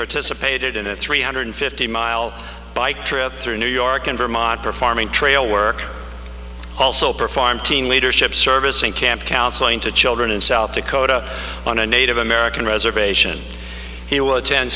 participated in a three hundred fifty mile bike trip through new york and vermont performing trail work also perform team leadership service in camp counseling to children in south dakota on a native american reservation he would ten